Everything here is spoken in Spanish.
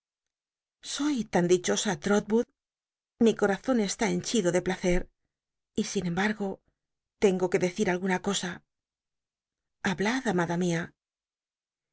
soy tan dichosa j'rotwood mi co razon est l henchido de placer y sin embargo tengo que decir alguna cosa hablad amada mia